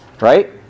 Right